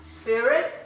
Spirit